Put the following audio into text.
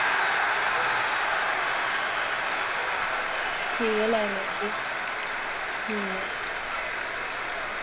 ठीक ऐ लाई लैगी ठीक ऐ